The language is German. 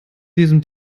diesem